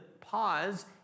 pause